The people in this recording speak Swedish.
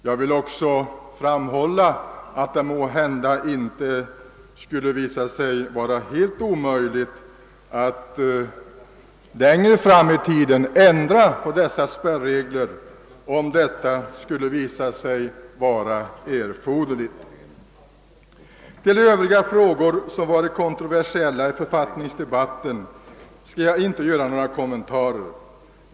Jag vill också framhålla att det måhända inte skall visa sig helt omöjligt att längre fram i tiden ändra på dessa spärregler, om detta skulle visa sig erforderligt. Till övriga kontroversiella frågor i författningsdebatten skall jag inte göra några närmare kommentarer.